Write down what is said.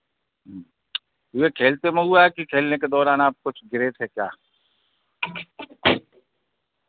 यह खेलते में हुआ है कि खेलने के दौरान आप कुछ गिरे थे क्या